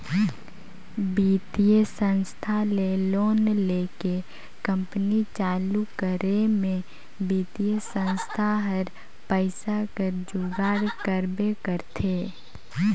बित्तीय संस्था ले लोन लेके कंपनी चालू करे में बित्तीय संस्था हर पइसा कर जुगाड़ करबे करथे